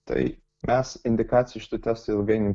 tai mes indikacijų šitų testų ilgainiui